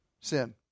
Sin